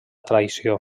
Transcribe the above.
traïció